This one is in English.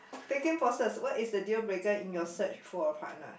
taking process what is the deal breaker in your search for a partner